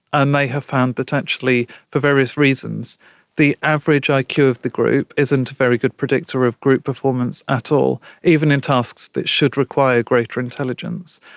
and they have found potentially for various reasons the average like iq of the group isn't a very good predictor of group performance at all, even in tasks that should require greater intelligence.